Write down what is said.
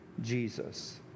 Jesus